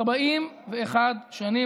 41 שנים.